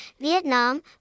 Vietnam